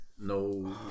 No